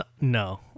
no